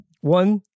One